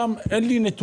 אין לי את הנתונים,